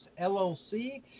LLC